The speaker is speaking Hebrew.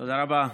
תודה רבה.